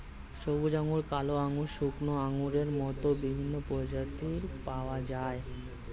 সবুজ আঙ্গুর, কালো আঙ্গুর, শুকনো আঙ্গুরের মত বিভিন্ন প্রজাতির পাওয়া যায়